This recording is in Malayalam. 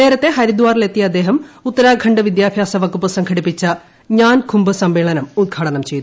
നേരത്തെ ഹരിദ്വാറിലെത്തിയ അദ്ദേഹം ഉത്തരാഖണ്ഡ് വിദ്യാഭ്യാസ വകുപ്പ് സംഘടിപ്പിച്ച ജ്ഞാൻ കുംഭ് സമ്മേളനം ഉദ്ഘാടനം ചെയ്തു